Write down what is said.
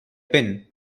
pin